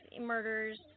murders